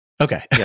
Okay